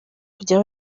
kujya